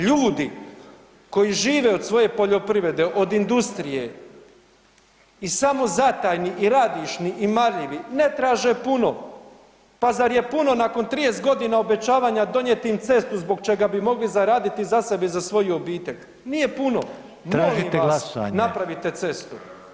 Ljudi koji žive od svoje poljoprivrede, od industrije i samozatajni i radišni i marljivi, ne traže puno, pa zar je puno nakon 30 godina obećavanja donijeti im cestu zbog čega bi mogli zaraditi za sebe i za svoju obitelj, nije puno [[Upadica: Tražite glasovanje?]] molim vas napravite cestu.